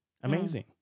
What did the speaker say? amazing